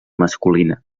masculina